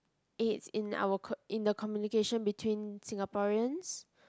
it's in our c~ in the communication between Singaporeans